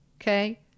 Okay